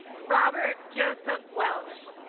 robert joseph welch